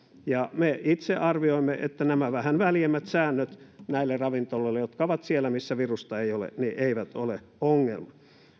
ja me itse arvioimme että nämä vähän väljemmät säännöt näille ravintoloille jotka ovat siellä missä virusta ei ole eivät ole ongelma